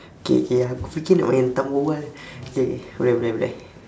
K K aku fikir nak main hentam berbual K boleh boleh boleh